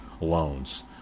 loans